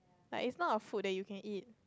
but it's not a food that you can eat